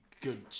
good